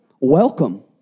welcome